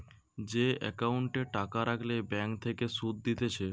যে একাউন্টে টাকা রাখলে ব্যাঙ্ক থেকে সুধ দিতেছে